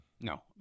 No